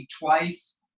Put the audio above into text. twice